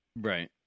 Right